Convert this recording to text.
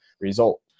result